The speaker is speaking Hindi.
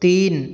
तीन